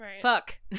fuck